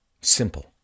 simple